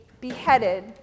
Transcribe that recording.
beheaded